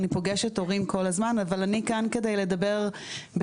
אני פוגשת הורים כל הזמן אבל אני כאן כדי לדבר בשם